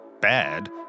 bad